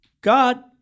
God